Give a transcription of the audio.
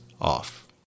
off